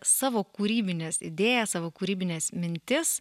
savo kūrybines idėjas savo kūrybines mintis